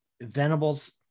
venable's